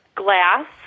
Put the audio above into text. glass